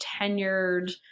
tenured